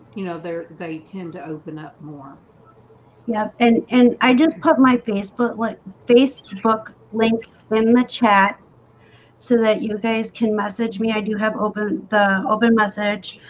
you know they're they tend to open up more yeah, and and i just put my facebook like facebook link in the chat so that your face can message me i do have opened the open message